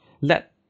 let